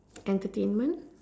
entertainment